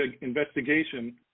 investigation